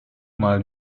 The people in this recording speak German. mal